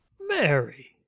Mary